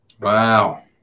Wow